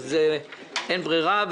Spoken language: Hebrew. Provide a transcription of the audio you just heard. אין ברירה,